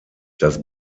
das